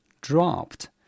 dropped